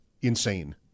insane